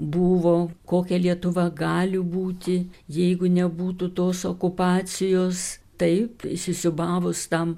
buvo kokia lietuva gali būti jeigu nebūtų tos okupacijos taip įsisiūbavus tam